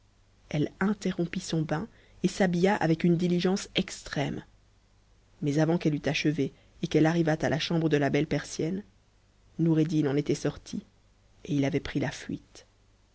elle interrompit son bain et s'habilla avec une diligence extrême mais avant qu'elle eût achevé et qu'elle arrivât à la chambre de la belle persienne noureddin en était sorti et il avait pris la tuite